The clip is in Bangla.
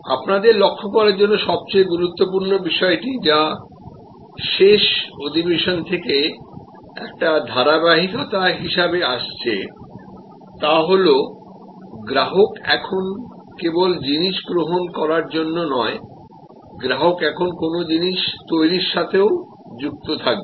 আপনাদের লক্ষ্য করার জন্য সবচেয়ে গুরুত্বপূর্ণ বিষয়টি যা শেষ অধিবেশন থেকে একটি ধারাবাহিকতা হিসাবে আসছে তা হল গ্রাহক এখন কেবল জিনিস গ্রহণ করার জন্যে নয় গ্রাহক এখন কোন জিনিষ তৈরির সঙ্গেও যুক্ত থাকবে